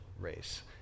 race